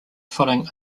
following